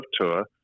Tour